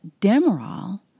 Demerol